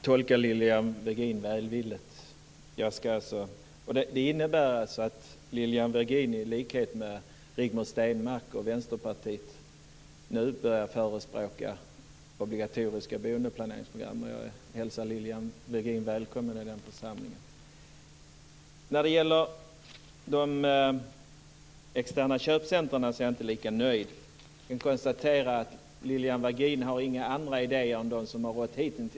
Fru talman! Jag vill tolka Lilian Virgin välvilligt på det sättet att Lilian Virgin i likhet med Rigmor Stenmark och Vänsterpartiet nu börjar förespråka obligatoriska boendeplaneringsprogram. Jag hälsar Lilian Virgin välkommen i den församlingen. Vad gäller de externa köpcentrumen är jag inte lika nöjd men konstaterar att Lilian Virgin inte har några andra idéer än de som hitintills har kommit fram.